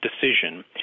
decision